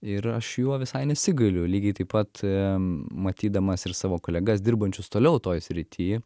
ir aš juo visai nesigailiu lygiai taip pat matydamas ir savo kolegas dirbančius toliau toj srity